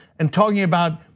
and talking about,